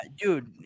dude